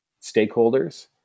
stakeholders –